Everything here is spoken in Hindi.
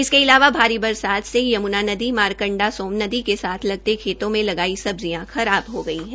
इसके अलावा भारी बरसात से यम्ना नदी मारकंडा सोमनदी के साथ लगते खेतों में लगाई सब्जियां खराब हो गई है